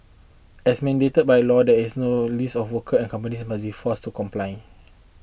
as mandated by law there has no list of workers and companies must be forced to comply